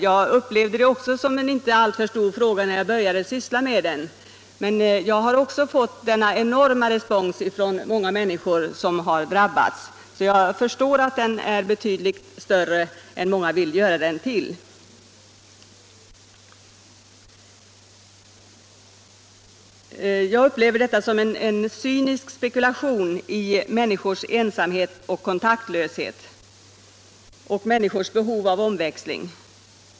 Jag upplevde frågan också som icke alltför stor när jag började syssla med den, men jag har fått en enorm respons från en mängd människor som har drabbats, så jag förstår att den är betydligt större än många vill göra den till. Jag upplever detta som en cynisk spekulation i människors ensamhet och kontaktlöshet och människors behov av omväxling.